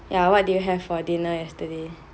ya what did you have for dinner yesterday